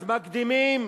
אז מקדימים,